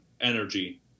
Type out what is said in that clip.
energy